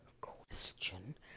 question